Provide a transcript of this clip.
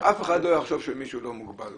שאף אחד לא יחשוב שמישהו לא מוגבל,